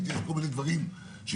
זה